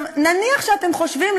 נניח שאתם חושבים,